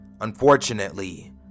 Unfortunately